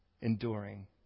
enduring